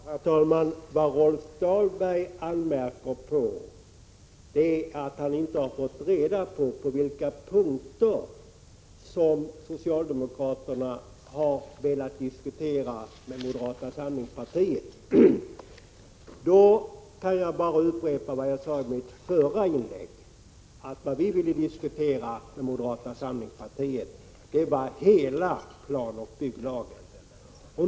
Herr talman! Vad Rolf Dahlberg anmärker på är att han inte har fått reda på vilka punkter som socialdemokraterna har velat diskutera med moderata samlingspartiet. Jag skall därför bara upprepa vad jag sade i mitt förra inlägg, nämligen att det vi ville diskutera med moderata samlingspartiet var hela PBL.